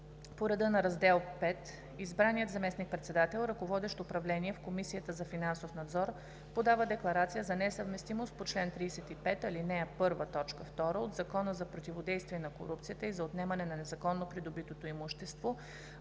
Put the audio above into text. по реда на раздел V избраният заместник-председател, ръководещ управление в Комисията за финансов надзор, подава декларация за несъвместимост по чл. 35, ал. 1, т. 2 от Закона за противодействие на корупцията и за отнемане на незаконно придобитото имущество